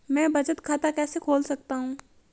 मैं बचत खाता कैसे खोल सकता हूँ?